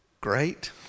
great